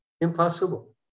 Impossible